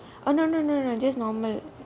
oh no no no no just normal